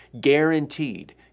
Guaranteed